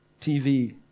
TV